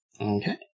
Okay